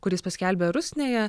kur jis paskelbė rusnėje